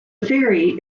ferry